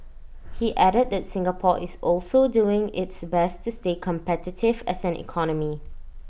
he added that Singapore is also doing its best to stay competitive as an economy